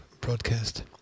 broadcast